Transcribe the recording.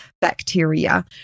bacteria